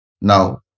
now